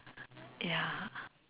ya